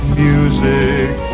music